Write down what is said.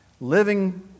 living